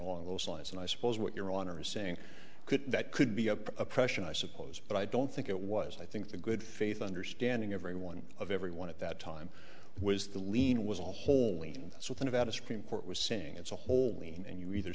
along those lines and i suppose what you're on are saying could that could be oppression i suppose but i don't think it was i think the good faith understanding every one of everyone at that time was the lean was a hole in the nevada supreme court was saying it's a whole lean and you either